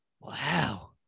Wow